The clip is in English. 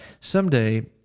someday